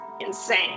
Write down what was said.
insane